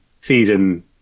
season